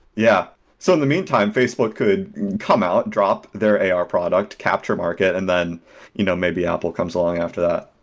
yeah so in the meantime, facebook could come out, drop their ar product, capture market, and then you know maybe apple comes along after that.